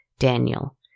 Daniel